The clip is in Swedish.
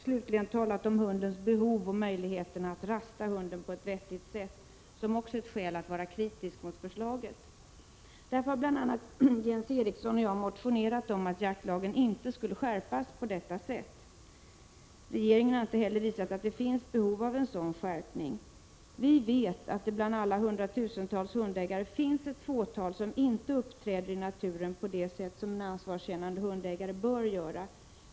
Slutligen har man talat om hundens behov och möjligheterna att rasta hunden på ett vettigt sätt som ännu ett skäl att vara kritisk mot förslaget. Därför har bland andra Jens Eriksson och jag motionerat om att jaktlagen inte skulle skärpas på detta sätt. Regeringen har inte heller visat att det finns behov av en sådan skärpning. Vi vet att det bland alla hundratusentals hundägare finns ett fåtal som inte uppträder i naturen på det sätt en ansvarskännande hundägare bör göra.